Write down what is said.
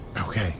Okay